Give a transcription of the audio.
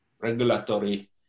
regulatory